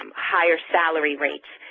um higher salary rates,